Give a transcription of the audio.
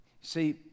See